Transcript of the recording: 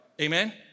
Amen